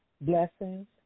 blessings